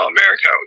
America